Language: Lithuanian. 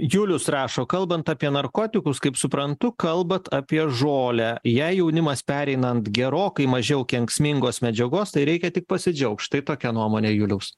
julius rašo kalbant apie narkotikus kaip suprantu kalbat apie žolę jei jaunimas pereinant gerokai mažiau kenksmingos medžiagos tai reikia tik pasidžiaugt štai tokia nuomonė juliaus